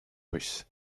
russe